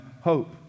hope